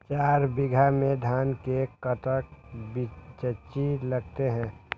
चार बीघा में धन के कर्टन बिच्ची लगतै?